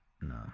No